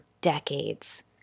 decades